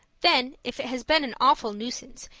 then if it has been an awful nuisance,